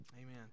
Amen